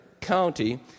county